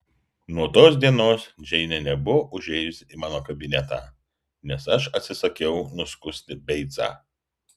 nuo tos dienos džeinė nebuvo užėjusi į mano kabinetą nes aš atsisakiau nuskusti beicą